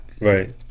Right